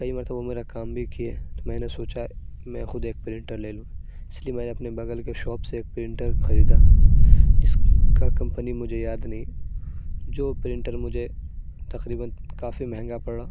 کئی مرتبہ میرا کام بھی کیے تو میں نے سوچا کہ میں خود ایک پرنٹر لے لوں اس لیے میں نے اپنے بغل کے شاپ سے ایک پرنٹر خریدا جس کا کمپنی مجھے یاد نہیں جو پرنٹر مجھے تقریباً کافی مہنگا پڑا